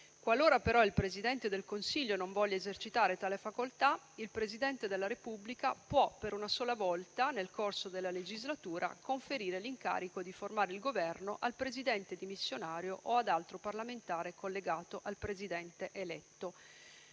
Qualora però il Presidente del Consiglio non voglia esercitare tale facoltà, il Presidente della Repubblica può, per una sola volta nel corso della legislatura, conferire l'incarico di formare il Governo al Presidente dimissionario o ad altro parlamentare collegato al Presidente eletto;